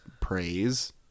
praise